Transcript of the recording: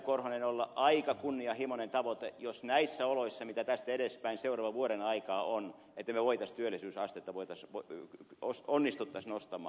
korhonen olla aika kunnianhimoinen tavoite jos näissä oloissa mitä tästä edespäin seuraavan vuoden aikaan on että me työllisyysastetta onnistuttaisiin nostamaan